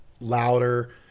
louder